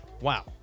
Wow